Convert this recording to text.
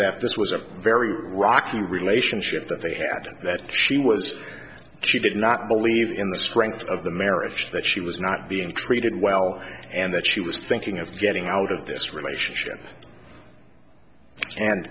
that this was a very wacky relationship that they had that she was she did not believe in the strength of the marriage that she was not being treated well and that she was thinking of getting out of this relationship and